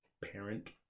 Parent